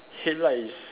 headlight is